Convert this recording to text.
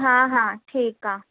हा हा ठीकु आहे